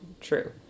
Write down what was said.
true